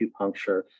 acupuncture